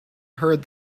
heard